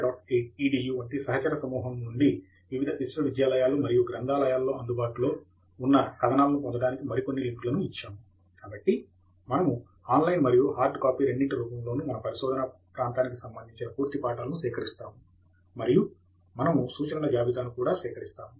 edu వంటి సహచర సముహముల నుండి వివిధ విశ్వ విద్యాలయాలు మరియు గ్రంధాలయాలలో అందుబాటులో కథనాలను పొందటానికి మరికొన్ని లింక్ లను ఇచ్చాము కాబట్టి మనము ఆన్లైన్ మరియు హార్డ్ కాపీ రెండింటి రూపములోనూ మన పరిశోధనా ప్రాంతానికి సంబంధించిన పూర్తి పాఠాలను సేకరిస్తాము మరియు మనము సూచనల జాబితాను కూడా సేకరిస్తాము